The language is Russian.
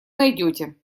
найдёте